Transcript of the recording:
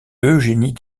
eugénie